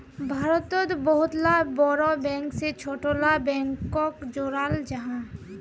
भारतोत बहुत ला बोड़ो बैंक से छोटो ला बैंकोक जोड़ाल जाहा